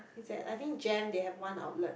it's at I think Jem they have one outlet